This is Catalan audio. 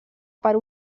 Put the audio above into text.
per